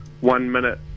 one-minute